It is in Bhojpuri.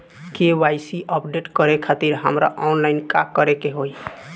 के.वाइ.सी अपडेट करे खातिर हमरा ऑनलाइन का करे के होई?